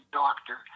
doctor